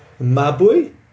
mabui